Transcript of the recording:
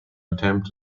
attempt